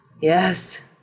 Yes